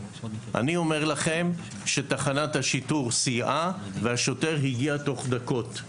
אני אומר לכם שתחנת השיטור סייעה והשוטר הגיע תוך דקות.